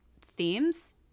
themes